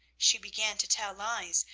she began to tell lies,